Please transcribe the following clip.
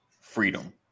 freedom